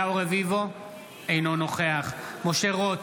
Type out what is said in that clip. אינו נוכח משה רוט,